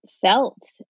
felt